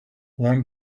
learn